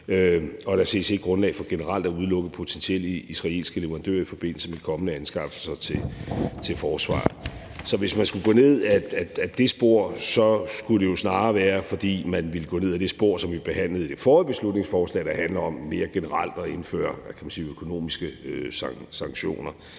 at være et grundlag for generelt at udelukke potentielle israelske leverandører i forbindelse med de kommende anskaffelser til forsvaret. Så hvis man skulle gå ned ad det spor, skulle det jo snarere være, fordi man ville gå ned ad det spor, som vi behandlede i forbindelse med det forrige beslutningsforslag, der mere handler om mere generelt at indføre økonomiske sanktioner,